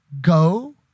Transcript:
go